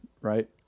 right